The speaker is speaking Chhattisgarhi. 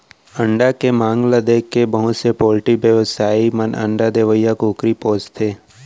अंडा के मांग ल देखके बहुत से पोल्टी बेवसायी मन अंडा देवइया कुकरी पोसथें